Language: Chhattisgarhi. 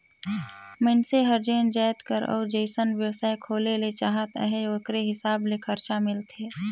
मइनसे हर जेन जाएत कर अउ जइसन बेवसाय खोले ले चाहत अहे ओकरे हिसाब ले खरचा मिलथे